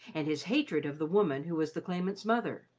and his hatred of the woman who was the claimant's mother.